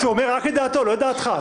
הוא אומר רק את דעתו, לא את דעתך.